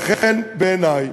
לכן, בעיני,